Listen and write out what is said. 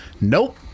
Nope